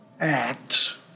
acts